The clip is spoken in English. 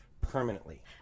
permanently